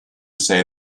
say